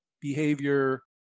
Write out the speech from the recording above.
behavior